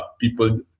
people